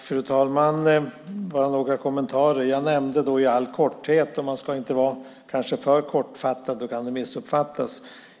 Fru talman! Jag har bara några kommentarer. Jag nämnde några saker i all korthet, och man kanske inte ska vara för kortfattad, för då kan man missuppfattas.